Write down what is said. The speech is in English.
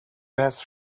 best